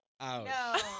Ouch